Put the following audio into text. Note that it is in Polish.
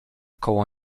koło